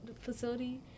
facility